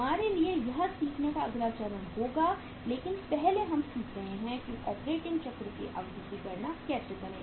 हमारे लिए यह सीखने का अगला चरण होगा लेकिन पहले हम सीख रहे हैं कि ऑपरेटिंग चक्र की अवधि की गणना कैसे करें